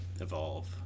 Evolve